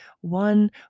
one